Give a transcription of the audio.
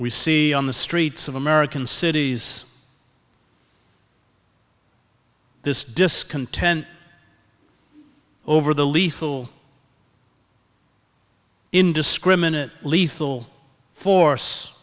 we see on the streets of american cities this discontent over the lethal indiscriminate lethal force